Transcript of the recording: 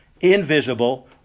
invisible